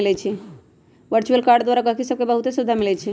virtual card द्वारा गहकि सभके बहुते सुभिधा मिलइ छै